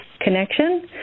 connection